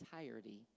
entirety